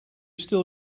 still